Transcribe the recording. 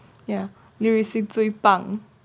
ya 刘雨欣最